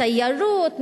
תיירות,